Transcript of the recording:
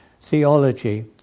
theology